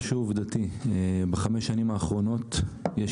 משהו עובדתי: בחמש השנים האחרונות יש